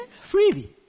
Freely